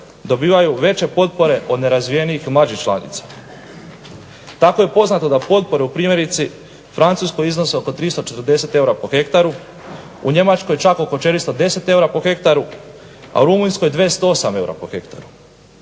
dobivaju veće potpore od nerazvijenijih mlađih članica. Tako je poznato da potpore primjerice u Francuskoj iznose oko 340 eura po hektaru, u Njemačkoj čak oko 410 eura po hektaru, a u Rumunjskoj 208 eura po hektaru.